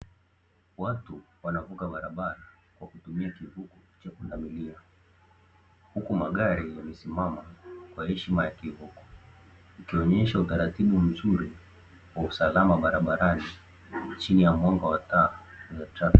Watu wanavuka barabara kwa kutumia kivuko cha pundamilia, huku magari yamesimama kwa heshima ya kivuko, ikionyesha utaratibu mzuri wa usalama barabarani chini ya mwanga wa taa za trafiki.